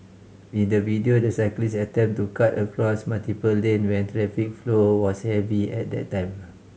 in the video the cyclist attempted to cut across multiple lane when traffic flow was heavy at that time